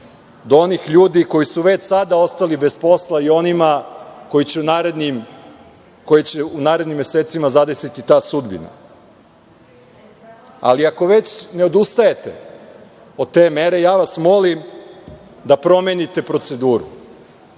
do onih ljudi koji su već sada ostali bez posla i onima koje će u narednim mesecima zadesiti ta sudbina. Ali, ako već ne odustajete od te mere, ja vas molim da promenite proceduru.